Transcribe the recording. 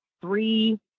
three